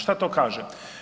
Šta to kaže?